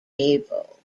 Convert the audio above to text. gable